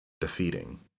defeating